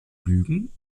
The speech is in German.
lügen